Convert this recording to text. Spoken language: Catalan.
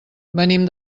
venim